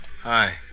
Hi